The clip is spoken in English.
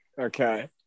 okay